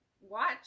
watch